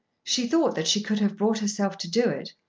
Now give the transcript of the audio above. she thought that she could have brought herself to do it,